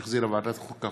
שהחזירה ועדת החוקה,